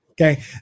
Okay